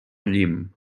llim